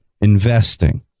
investing